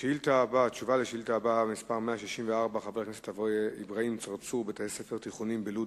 חבר הכנסת מסעוד גנאים שאל את שר החינוך ביום כ"ו באייר תשס"ט (20 במאי